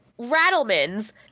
Rattleman's